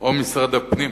או משרד הפנים,